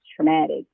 traumatic